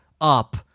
up